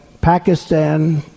Pakistan